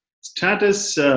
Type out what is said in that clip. status